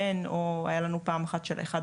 בן של מטופל או הייתה לנו גם פעם אחת שאחד